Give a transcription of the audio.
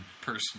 person